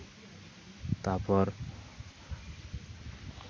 ᱛᱟᱯᱚᱨ